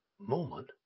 moment